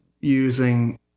using